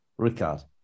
ricard